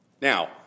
Now